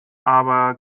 aber